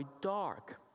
dark